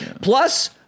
Plus